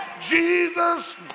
jesus